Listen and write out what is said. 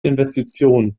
investitionen